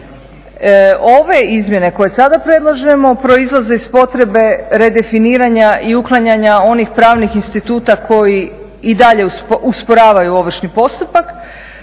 Ove izmjene koje sada predlažemo proizlaze iz potrebe redefiniranja i uklanjanja onih pravnih instituta koji i dalje usporavaju ovršni postupak